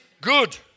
good